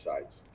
sides